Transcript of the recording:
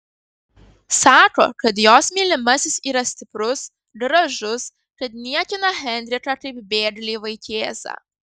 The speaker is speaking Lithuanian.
sako kad jos mylimasis yra stiprus gražus kad niekina henriką kaip bėglį vaikėzą